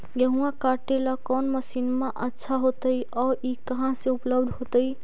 गेहुआ काटेला कौन मशीनमा अच्छा होतई और ई कहा से उपल्ब्ध होतई?